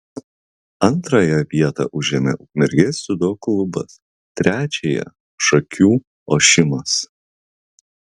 antrąją vietą užėmė ukmergės dziudo klubas trečiąją šakių ošimas